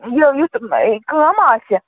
یہِ یُتھ کٲم آسہِ